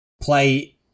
play